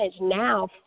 now